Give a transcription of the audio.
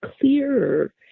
clearer